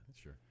Sure